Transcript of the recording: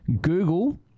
Google